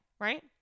right